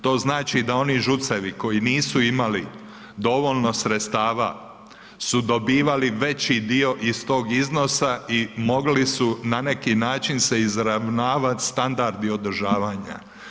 To znači da oni ŽUC-evi koji nisu imali dovoljno sredstava su dobivali veći dio iz tog iznosa i mogli su na neki način se izravnavat standardi održavanja.